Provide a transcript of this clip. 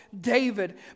David